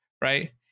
right